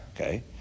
okay